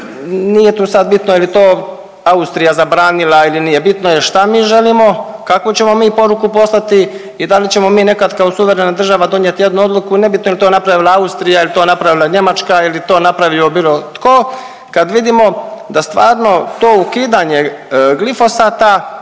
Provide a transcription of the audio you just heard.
nije tu sad bitno je li to Austrija zabranila ili nije, bitno je šta mi želimo, kakvu ćemo mi poruku poslati i da li ćemo mi nekad kao suverena država donijeti jednu odluku, nebitno je li to napravila Austrija, je li to napravila Njemačka, je li to napravio bilo tko, kad vidimo da stvarno to ukidanje glifosata,